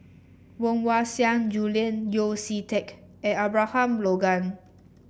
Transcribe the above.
Woon Wah Siang Julian Yeo See Teck and Abraham Logan